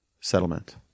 settlement